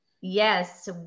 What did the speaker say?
Yes